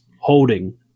holding